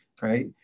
right